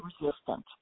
resistant